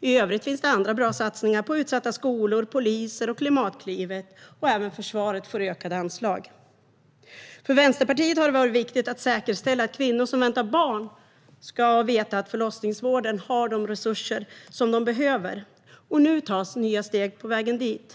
I övrigt finns det andra bra satsningar på utsatta skolor, på poliser och på Klimatklivet. Även försvaret får ökade anslag. För Vänsterpartiet har det varit viktigt att säkerställa att kvinnor som väntar barn ska veta att förlossningsvården har de resurser de behöver. Nu tas nya steg på vägen dit.